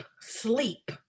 sleep